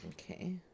Okay